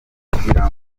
kugira